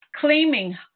claiming